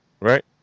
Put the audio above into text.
right